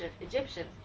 Egyptians